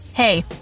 Hey